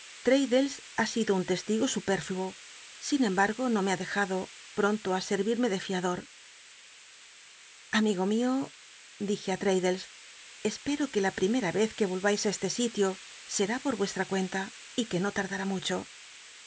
ha sido un testigo supérfluo sin cmbmgo no me ha dejado pronto i senirmc de fiadot amigo mio dije á traddlcs espero que la primera vez que vohais á este sitio será por vueslta cuenta y que no lardará mucho